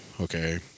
Okay